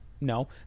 No